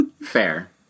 Fair